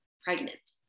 pregnant